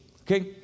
okay